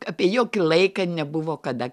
apie jokį laiką nebuvo kada